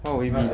what would it be